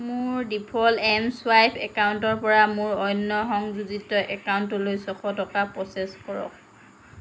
মোৰ default M swipe একাউণ্টৰ পৰা মোৰ অন্য সংযোজিত একাউণ্টলৈ ছশ টকা প্ৰ'চেছ কৰক